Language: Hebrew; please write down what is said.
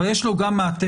אבל יש לו גם מעטפת,